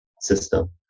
system